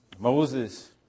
Moses